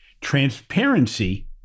transparency